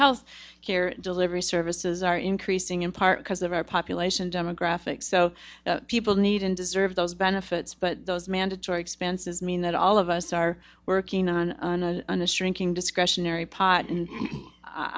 health care delivery services are increasing in part because of our population demographics so people need and deserve those benefits but those mandatory expenses mean that all of us are working on the string king discretionary pot and